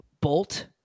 Bolt